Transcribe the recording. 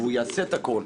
והוא יעשה את הכול,